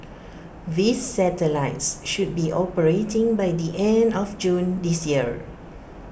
these satellites should be operating by the end of June this year